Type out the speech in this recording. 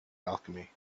alchemy